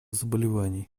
заболеваний